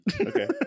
okay